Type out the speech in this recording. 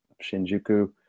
Shinjuku